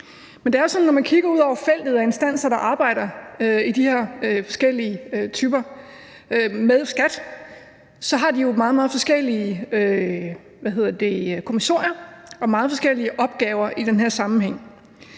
at når man kigger ud over feltet af forskellige instanser, der arbejder med skat, så har de jo meget, meget forskellige kommissorier og meget forskellige opgaver i den her sammenhæng.